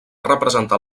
representar